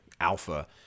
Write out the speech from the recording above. alpha